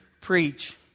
preach